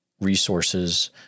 resources